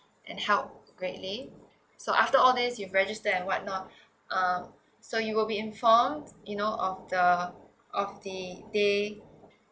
and help greatly so after all these you register and what not uh so you will be inform you know of the of the day